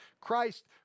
Christ